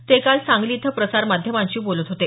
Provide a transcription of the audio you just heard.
ते काल सांगली इथं प्रसारमाध्यमांशी ते बोलत होते